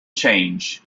change